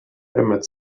emmett